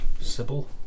Sybil